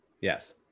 yes